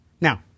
Now